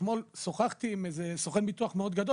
אתמול שוחחתי עם סוכן ביטוח מאוד גדול